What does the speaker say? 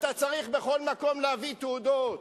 בכל מקום אתה צריך להביא תעודות.